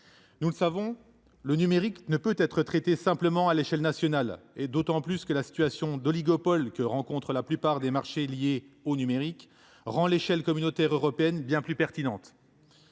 Nous le savons, le numérique ne peut être traité simplement à l’échelle nationale, d’autant plus que la situation d’oligopole que connaissent la plupart des marchés liés au numérique rend l’échelle communautaire européenne bien plus pertinente.